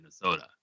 Minnesota